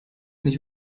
nicht